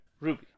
Ruby